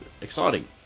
exciting